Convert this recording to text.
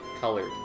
colored